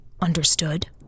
understood